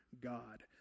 God